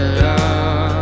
love